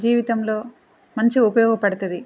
జీవితంలో మంచిగా ఉపయోగపడుతుంది